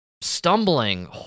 stumbling